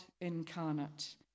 incarnate